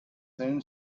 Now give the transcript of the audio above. soon